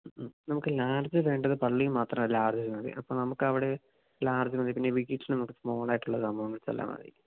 മ്മ് മ്മ് നമുക്ക് ലാർജ് വേണ്ടത് പള്ളിയില് മാത്രമാണ് ലാര്ജ് മതി അപ്പോള് നമുക്കവിടെ ലാർജ് മതി പിന്നെ വീട്ടില് നമുക്ക് സ്മാൾ ആയിട്ടുള്ള സംഭവങ്ങൾ വെച്ചെല്ലാം മതി